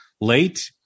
late